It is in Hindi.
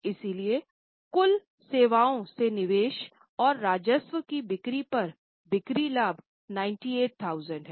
इसलिए कुल सेवाओं से निवेश और राजस्व की बिक्री पर बिक्री लाभ 98000 है